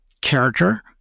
character